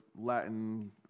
Latin